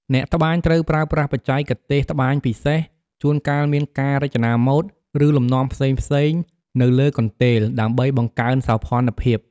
អ្នកត្បាញត្រូវប្រើប្រាស់បច្ចេកទេសត្បាញពិសេស ជួនកាលមានការរចនាម៉ូត ឬលំនាំផ្សេងៗនៅលើកន្ទេល ដើម្បីបង្កើនសោភ័ណភាព។